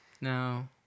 No